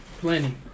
Plenty